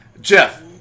Jeff